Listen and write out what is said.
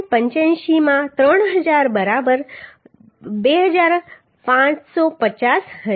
85 માં 3000 બરાબર 2550 હશે